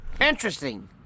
Interesting